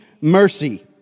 mercy